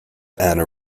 ana